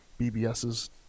BBs's